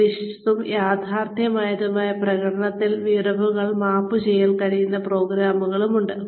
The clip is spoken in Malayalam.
പ്രതീക്ഷിച്ചതും യഥാർത്ഥവുമായ പ്രകടനത്തിൽ വിടവുകൾ മാപ്പ് ചെയ്യാൻ കഴിയുന്ന പ്രോഗ്രാമുകളുണ്ട്